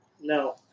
No